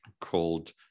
called